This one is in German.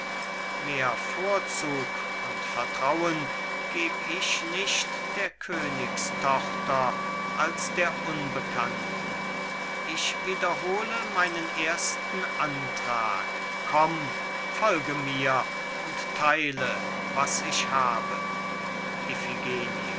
mehr vorzug und vertrauen geb ich nicht der königstochter als der unbekannten ich wiederhole meinen ersten antrag komm folge mir und theile was ich habe